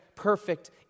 perfect